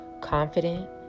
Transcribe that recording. confident